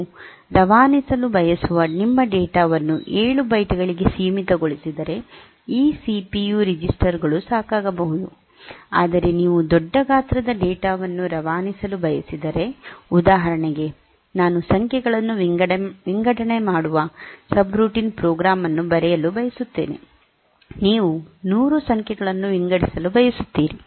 ನೀವು ರವಾನಿಸಲು ಬಯಸುವ ನಿಮ್ಮ ಡೇಟಾ ವನ್ನು 7 ಬೈಟ್ ಗಳಿಗೆ ಸೀಮಿತಗೊಳಿಸಿದರೆ ಈ ಸಿಪಿಯು ರೆಜಿಸ್ಟರ್ ಗಳು ಸಾಕಾಗಬಹುದು ಆದರೆ ನೀವು ದೊಡ್ಡ ಗಾತ್ರದ ಡೇಟಾ ವನ್ನು ರವಾನಿಸಲು ಬಯಸಿದರೆ ಉದಾಹರಣೆಗೆ ನಾನು ಸಂಖ್ಯೆಗಳನ್ನು ವಿಂಗಡಣೆ ಮಾಡುವ ಸಬ್ರೂಟೀನ್ ಪ್ರೋಗ್ರಾಮ್ ಅನ್ನು ಬರೆಯಲು ಬಯಸುತ್ತೇನೆ ನೀವು 100 ಸಂಖ್ಯೆಗಳನ್ನು ವಿಂಗಡಿಸಲು ಬಯಸುತ್ತೀರಿ